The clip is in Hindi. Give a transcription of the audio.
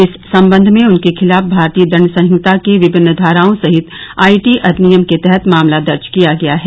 इस संबंध में उनके खिलाफ भारतीय दण्ड संहिता के विमिन्न धाराओं सहित आईटी अधिनियम के तहत मामला दर्ज किया गया है